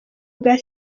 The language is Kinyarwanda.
bwa